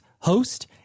host